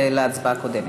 הקודמת.